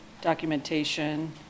documentation